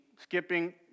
skipping